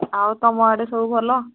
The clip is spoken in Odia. ଆଉ ତୁମ ଆଡ଼େ ସବୁ ଭଲ